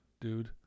dude